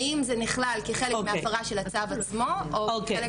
האם זה נכלל כחלק מההפרה של הצו עצמו או לא?